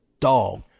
dog